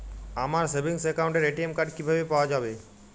আমার সেভিংস অ্যাকাউন্টের ATM card কিভাবে পাওয়া যাবে?